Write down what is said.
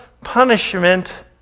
punishment